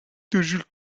toujours